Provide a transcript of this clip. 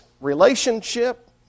relationship